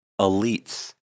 elites